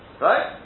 Right